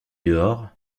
dehors